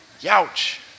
Youch